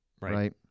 Right